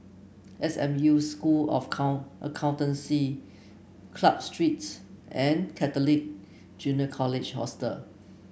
S M U School of Accountancy Club Streets and Catholic Junior College Hostel